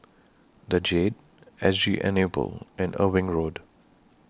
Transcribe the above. The Jade S G Enable and Irving Road